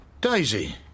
Daisy